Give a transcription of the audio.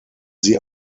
sie